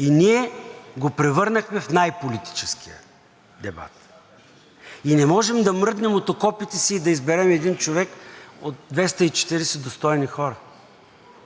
а ние го превърнахме в най-политическия дебат и не можем да мръднем от окопите си и да изберем един човек от 240 достойни хора.